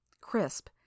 crisp